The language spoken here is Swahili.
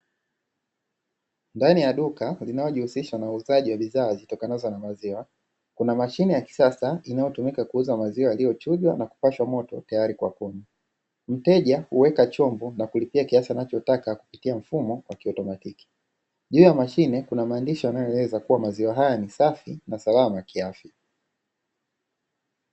Ndani ya duka linalojihusisha na uuzaji wa bidhaa zitikanazo na maziwa, kuna mashine ya kisasa inayotumika kuuza maziwa yaliyochujwa na kupashwa moto tayari kwa kunywa; mteja huweka chombo na kulipia kiasi anachotaka kupitia mfumo wa kiautomatiki, juu ya mashine kuna maandishi wanayoeleza kuwa maziwa haya ni safi na salama kiafya.